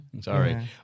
sorry